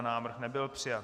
Návrh nebyl přijat.